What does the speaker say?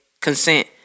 consent